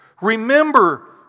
remember